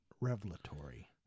revelatory